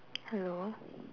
hello